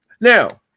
now